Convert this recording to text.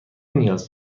نیاز